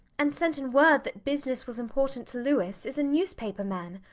and sent in word that business was important to louis, is a newspaper man.